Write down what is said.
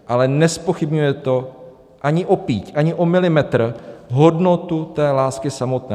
Ale nezpochybňuje to ani o píď, ani o milimetr hodnotu té lásky samotné.